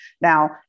Now